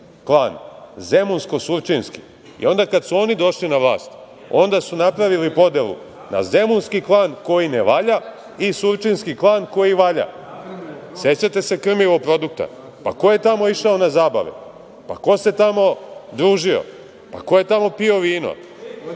klan, zemunsko-surčinski. Kad su oni došli na vlast, onda su napravili podelu na zemunski klan, koji ne valja i surčinski klan, koji valja. Sećate se "Krmivo produkta"? Ko je tamo išao na zabave? Ko se tamo družio? Ko je tamo pio vino?